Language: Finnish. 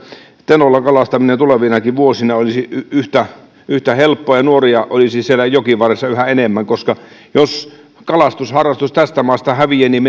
tenolla kalastaminen tulevinakin vuosina olisi yhtä yhtä helppoa ja nuoria olisi siellä jokivarressa yhä enemmän koska jos kalastusharrastus tästä maasta häviää niin